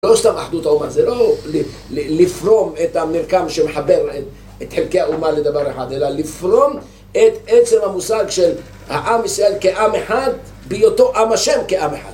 לא סתם אחדות האומה, זה לא לפרום את המרקם שמחבר את חלקי האומה לדבר אחד. אלא לפרום את עצם המושג של העם ישראל כעם אחד בהיותו עם השם כעם אחד